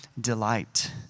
delight